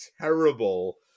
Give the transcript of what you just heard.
terrible